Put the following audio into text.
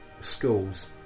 schools